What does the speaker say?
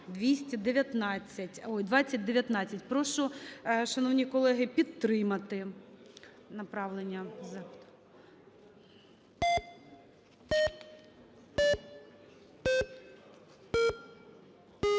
Прошу, шановні колеги, підтримати направлення запиту.